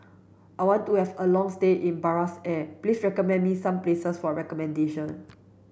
I want to have a long stay in Buenos Aires Please recommend me some places for accommodation